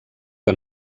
que